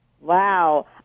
Wow